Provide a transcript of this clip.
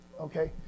Okay